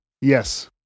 Yes